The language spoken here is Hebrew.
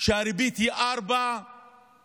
שהריבית היא 4.75%